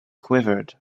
quivered